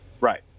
Right